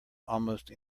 almost